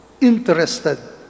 interested